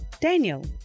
Daniel